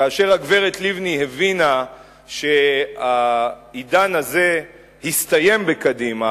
כאשר הגברת לבני הבינה שהעידן הזה הסתיים בקדימה,